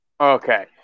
Okay